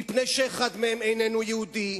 מפני שאחד מהשניים אינו יהודי,